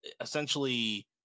essentially